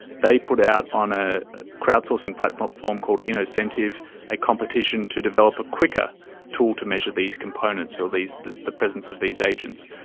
they put out on a crowdsourcing platform called innocentive a competition to develop a quicker tool to measure these components so or the the presence of these agents.